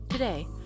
Today